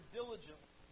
diligently